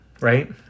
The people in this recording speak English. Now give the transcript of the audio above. right